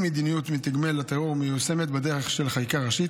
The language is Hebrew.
אם מדיניות מתגמל הטרור מיושמת בדרך של חקיקה ראשית,